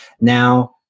Now